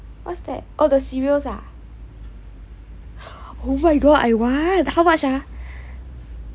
what's that oh the cereals ah oh my god I want how much ah